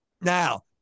Now